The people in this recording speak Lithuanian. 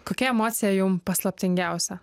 kokia emocija jum paslaptingiausia